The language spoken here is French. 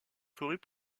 forêts